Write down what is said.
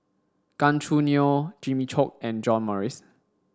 Gan Choo Neo Jimmy Chok and John Morrice